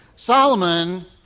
Solomon